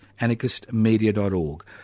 anarchistmedia.org